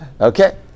Okay